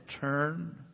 turn